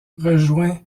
rejoint